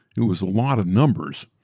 it was a lot of numbers,